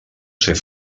ser